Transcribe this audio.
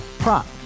Prop